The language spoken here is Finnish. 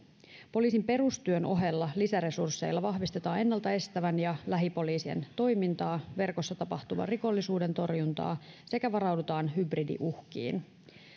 poliisin perustyön ohella lisäresursseilla vahvistetaan ennalta estävää ja lähiöpoliisien toimintaa verkossa tapahtuvan rikollisuuden torjuntaa sekä varaudutaan hybridiuhkiin